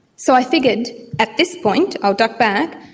so i figured at this point, i'll duck back,